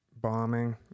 bombing